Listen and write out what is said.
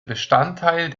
bestandteil